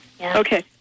Okay